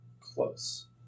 close